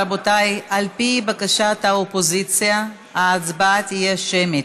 רבותיי, על פי בקשת האופוזיציה, ההצבעה תהיה שמית.